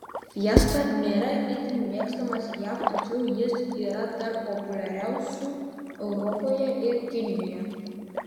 fiesta nėra itin mėgstamas jav tačiau jis yra tarp populiariausių europoje ir kinijoje